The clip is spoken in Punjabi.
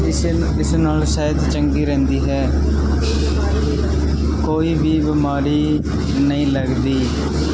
ਇਸ ਇਸ ਨਾਲ ਸਿਹਤ ਚੰਗੀ ਰਹਿੰਦੀ ਹੈ ਕੋਈ ਵੀ ਬਿਮਾਰੀ ਨਹੀਂ ਲੱਗਦੀ